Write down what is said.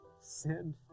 send